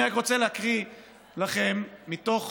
אני רק רוצה להקריא לכם מתוך